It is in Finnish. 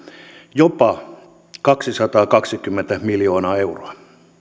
jopa kaksisataakaksikymmentä miljoonaa euroa